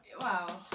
Wow